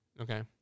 okay